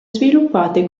sviluppate